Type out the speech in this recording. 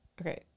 okay